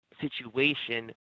situation